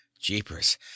Jeepers